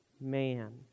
man